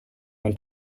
when